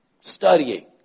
studying